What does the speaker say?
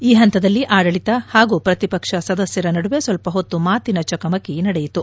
ಈ ಹಂತದಲ್ಲಿ ಆಡಳಿತ ಹಾಗೂ ಪ್ರತಿಪಕ್ಷ ಸದಸ್ಯರ ನಡುವೆ ಸ್ವಲ್ಪ ಹೊತ್ತು ಮಾತಿನ ಚಕಮಕಿ ನಡೆಯಿತು